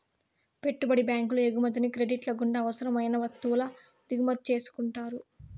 పెట్టుబడి బ్యాంకులు ఎగుమతిని క్రెడిట్ల గుండా అవసరం అయిన వత్తువుల దిగుమతి చేసుకుంటారు